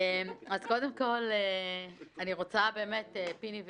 קודם כל אני רוצה באמת, פיני ואיציק,